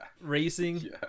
racing